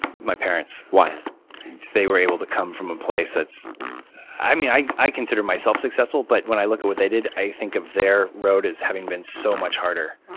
my parents. why? because they were able to come from a place that's i mean, i i consider myself successful. but when i look at what they did, i think of their road as having been so much harder,